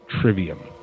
Trivium